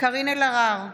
קארין אלהרר,